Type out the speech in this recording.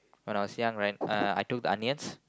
when I was young right uh I took the onions